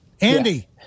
Andy